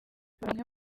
bamwe